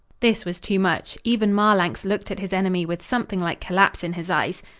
this was too much. even marlanx looked at his enemy with something like collapse in his eyes.